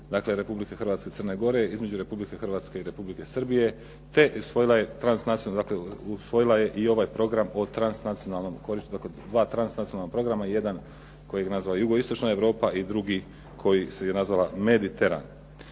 Republike Hrvatske i Crne Gore, između Republike Hrvatske i Republike Srbije, te usvojila je transnacionalnu, dakle usvojila je i ovaj program o transnacionalnom korištenju. Dakle, dva transnacionalna programa i jedan koji je nazvao "Jugoistočna Europa" i drugi koji se nazvala "Mediteran".